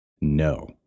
No